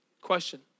question